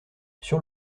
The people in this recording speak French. sur